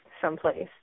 someplace